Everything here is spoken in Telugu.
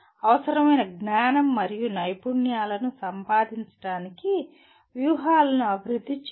అవసరమైన జ్ఞానం మరియు నైపుణ్యాలను సంపాదించడానికి వ్యూహాలను అభివృద్ధి చేయండి